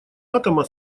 атома